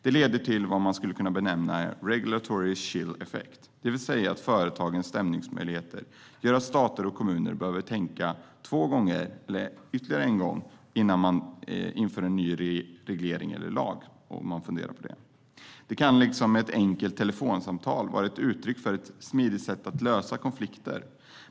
Det leder till vad man skulle kunna benämna regulatory chill effect, det vill säga att företagens stämningsmöjligheter gör att stater och kommuner behöver tänka ytterligare en gång innan de inför en ny reglering eller lag, om de funderar på det. Ett enkelt telefonsamtal kan vara ett smidigt sätt att lösa konflikter.